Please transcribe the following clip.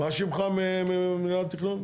מה שמך, ממנהל התכנון?